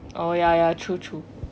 oh ya ya true true